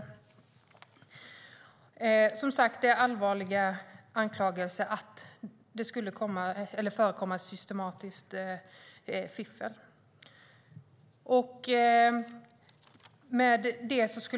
Det är som sagt allvarliga anklagelser att det skulle förekomma systematiskt fiffel.